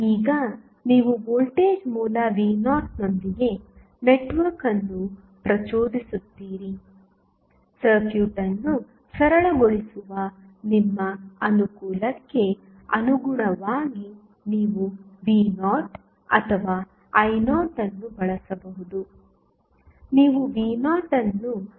ಈಗ ನೀವು ವೋಲ್ಟೇಜ್ ಮೂಲ v0 ನೊಂದಿಗೆ ನೆಟ್ವರ್ಕ್ ಅನ್ನು ಪ್ರಚೋದಿಸುತ್ತೀರಿ ಸರ್ಕ್ಯೂಟ್ ಅನ್ನು ಸರಳಗೊಳಿಸುವ ನಿಮ್ಮ ಅನುಕೂಲಕ್ಕೆ ಅನುಗುಣವಾಗಿ ನೀವು v0 ಅಥವಾ i0 ಅನ್ನು ಬಳಸಬಹುದು